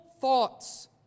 thoughts